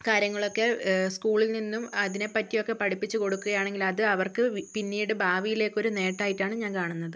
കാര്യങ്ങളൊക്കെ സ്കൂളിൽ നിന്നും അതിനെപ്പറ്റിയൊക്കെ പഠിപ്പിച്ചു കൊടുക്കുകയാണെങ്കിൽ അത് അവർക്ക് പിന്നീട് ഭാവിയിലേക്കൊരു നേട്ടമായിട്ടാണ് ഞാൻ കാണുന്നത്